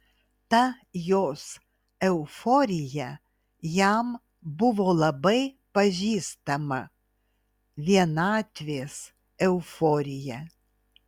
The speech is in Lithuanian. ta jos euforija jam buvo labai pažįstama vienatvės euforija